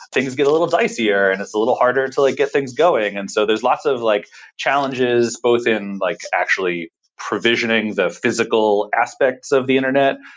things get a little dicier and it's a little harder to like get things going. and so, there's lot of like challenges both in like actually provisioning the physical aspects of the internet.